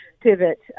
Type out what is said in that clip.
pivot